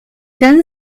then